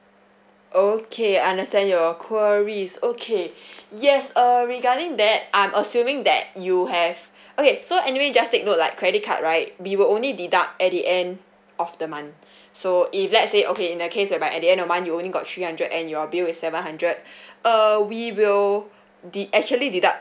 okay I understand your queries okay yes err regarding that I'm assuming that you have okay so anyway just take note like credit card right we were only deduct at the end of the month so if let say okay in a case we're back at the end of month you only got three hundred and your bill is seven hundred err we will the actually deduct